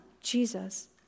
Jesus